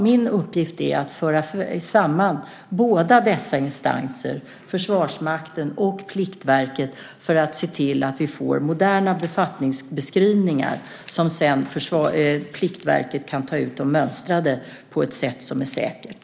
Min uppgift är att föra samman båda dessa instanser, Försvarsmakten och Pliktverket, så att vi får moderna befattningsbeskrivningar och Pliktverket sedan kan ta ut de mönstrade på ett sätt som är säkert.